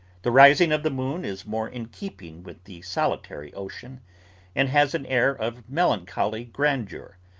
the rising of the moon is more in keeping with the solitary ocean and has an air of melancholy grandeur,